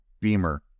Beamer